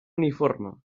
uniforme